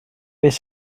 beth